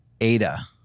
Ada